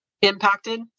Impacted